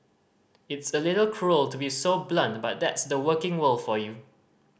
it's a little cruel to be so blunt but that's the working world for you